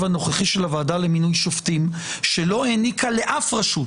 הנוכחי של הוועדה למינוי שופטים שלא העניקה לאף רשות,